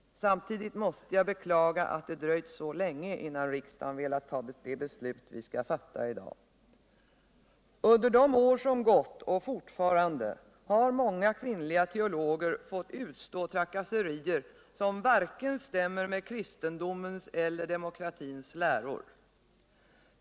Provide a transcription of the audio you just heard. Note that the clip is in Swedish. Samtidigt måste jag beklaga att det dröjt så länge innan riksdagen velat ta det beslut vi skall fatta i dag. Under de år som gått — och fortfarande — har många kvinnliga teologer fått utstå trakasserier som inte stämmer med vare sig kristendomens eller demokratins läror.